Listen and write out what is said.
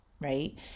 Right